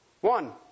one